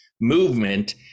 movement